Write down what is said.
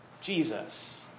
Jesus